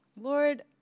Lord